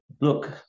Look